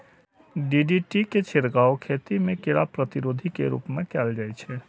DDT के छिड़काव खेती मे कीड़ा प्रतिरोधी के रूप मे कैल जाइ छै